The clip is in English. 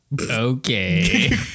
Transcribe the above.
Okay